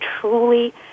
truly